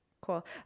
Cool